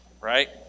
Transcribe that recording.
right